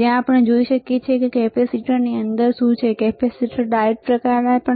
જ્યાં આપણે જોઈ શકીએ છીએ કે પછી કેપેસિટરની અંદર શું છે કેપેસિટર ડાયોડ કયા પ્રકારનાં છે